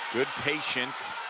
good patience,